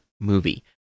movie